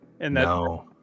No